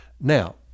now